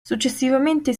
successivamente